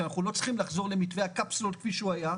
שאנחנו לא צריכים לחזור למתווה הקפסולות כפי שהוא היה,